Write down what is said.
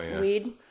weed